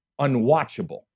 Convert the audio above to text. unwatchable